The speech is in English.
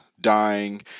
dying